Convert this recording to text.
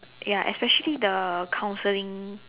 ya especially the counselling